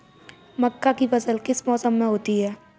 मक्का की फसल किस मौसम में होती है?